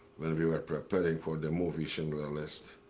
when we were preparing for the movie schindler's list.